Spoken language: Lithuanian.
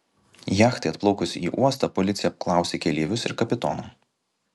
jachtai atplaukus į uostą policija apklausė keleivius ir kapitoną